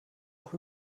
auch